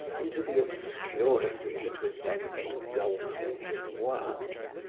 into the obscurity that was then engulfing his world.